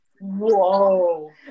Whoa